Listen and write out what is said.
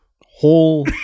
whole